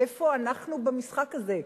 איפה אנחנו במשחק הזה,